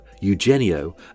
Eugenio